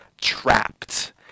trapped